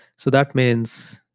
so that means,